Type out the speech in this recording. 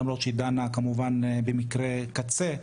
למרות שהיא דנה כמובן במקרי קצה,